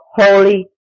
holy